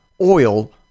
oil